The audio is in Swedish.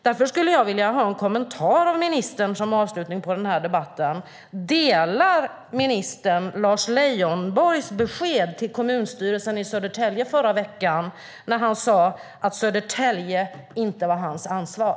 Därför skulle jag som en avslutning på den här debatten vilja ha en kommentar från ministern angående frågan om ministern delar Lars Leijonborgs besked förra veckan till kommunstyrelsen i Södertälje om att Södertälje inte är hans ansvar.